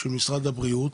של משרד הבריאות,